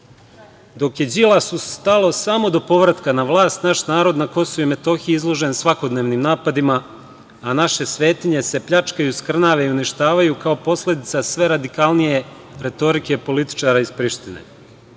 je Đilasu stalo samo do povratka na vlast, naš narod na KiM je izložen svakodnevnim napadima, a naše svetinje se pljačkaju, skrnave i uništavaju kao posledica sve radikalnije retorike političara iz Prištine. Nekada